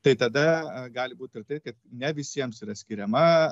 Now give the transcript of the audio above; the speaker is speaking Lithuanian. tai tada gali būti ir taip kad ne visiems yra skiriama